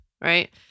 Right